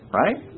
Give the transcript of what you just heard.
right